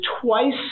twice